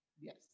Yes